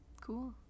Cool